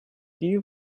dew